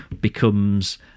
becomes